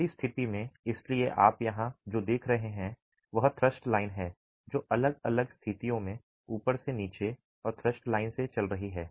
पहली स्थिति में इसलिए आप यहां जो देख रहे हैं वह थ्रस्ट लाइन है जो अलग अलग स्थितियों में ऊपर से नीचे और थ्रस्ट लाइन से चल रही है